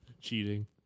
Cheating